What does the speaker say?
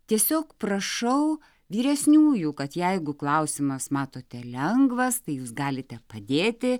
tiesiog prašau vyresniųjų kad jeigu klausimas matote lengvas tai jūs galite padėti